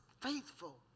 faithful